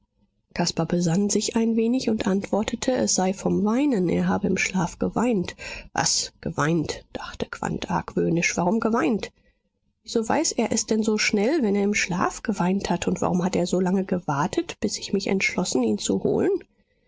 caspar besann sich ein wenig und antwortete es sei vom weinen er habe im schlaf geweint was geweint dachte quandt argwöhnisch warum geweint wieso weiß er es denn so schnell wenn er im schlaf geweint hat und warum hat er so lange gewartet bis ich mich entschlossen ihn zu holen